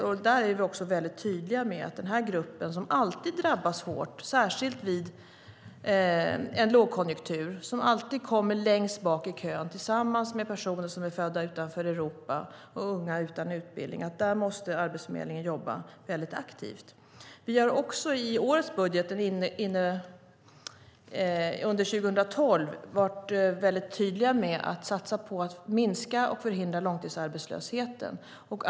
Vi är väldigt tydliga med att Arbetsförmedlingen måste jobba väldigt aktivt med denna grupp, som alltid drabbas hårt särskilt vid en lågkonjunktur och som alltid kommer längst bak i kön tillsammans personer som är födda utanför Europa och unga utan utbildning. Vi har också i årets budget under 2012 varit väldigt tydliga med att satsa på att minska och förhindra långtidsarbetslösheten.